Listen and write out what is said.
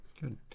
Good